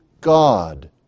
God